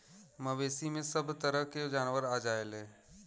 मवेसी में सभ तरह के जानवर आ जायेले